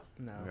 No